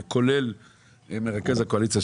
כולל מרכז הקואליציה,